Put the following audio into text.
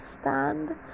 stand